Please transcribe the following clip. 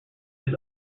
his